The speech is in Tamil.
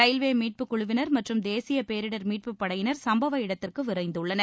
ரயில்வே மீட்புக்குழுவினர் மற்றும் தேசிய பேரிடர் மீட்பு படையினர் சம்பவ இடத்திற்கு விரைந்துள்ளனர்